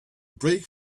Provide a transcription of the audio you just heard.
brake